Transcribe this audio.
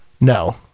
No